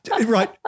Right